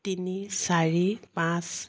তিনি চাৰি পাঁচ